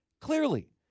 Clearly